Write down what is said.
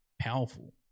powerful